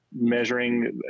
measuring